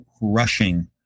rushing